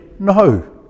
no